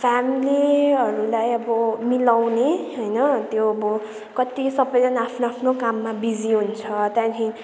फ्यामिलीहरूलाई अब मिलाउने होइन त्यो अब कति सबैजना आफ्नो आफ्नो काममा बिजी हुन्छ त्यहाँदेखि